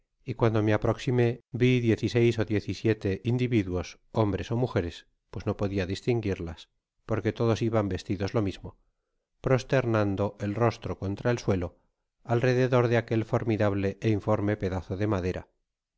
y cuando me aproximé vi diez y seis ó diez y siete individuos hombres ó mujeres pues no podia distinguirlas porque todos iban vestidos lo mismo prosternado el rostro contra el suelo alrededor da aquel formida ble é informe pedazo de madera